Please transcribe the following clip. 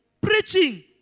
preaching